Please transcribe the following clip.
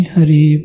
Hari